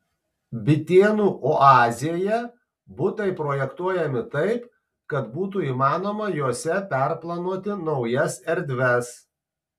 bitėnų oazėje butai projektuojami taip kad būtų įmanoma juose perplanuoti naujas erdves